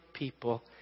people